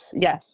yes